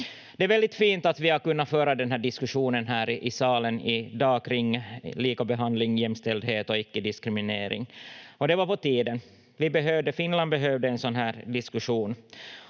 Det är väldigt fint att vi har kunnat föra den här diskussionen här i salen i dag kring likabehandling, jämställdhet och icke-diskriminering, och det var på tiden. Vi behövde, Finland behövde en sådan här diskussion.